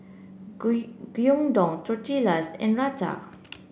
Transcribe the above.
Gyudon Tortillas and Raita